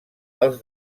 els